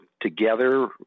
together